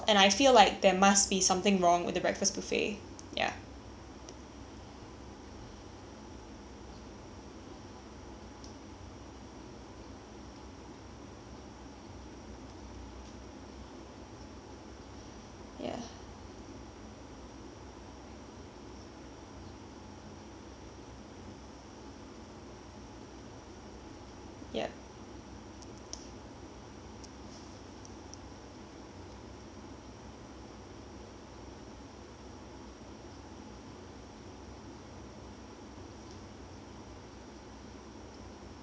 ya ya yup